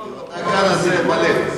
לא, לא, בוא לא נגזים.